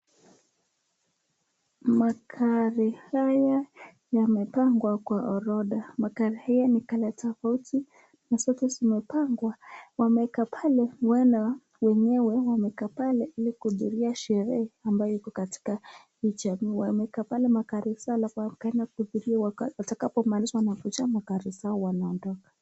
Magari haya yamepangwa kwa orodha, magari haya ni color tofauti na zote zimepangwa, wamekaa pale kuhudhuria sherehe ambayo iko katika hii jamii, wameka pale magari zao watakapo maliza wanakujia magari zao wanaondoka.